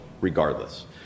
regardless